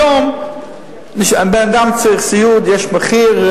היום אדם צריך סיעוד, יש מחיר,